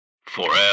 Forever